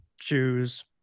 shoes